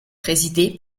présidé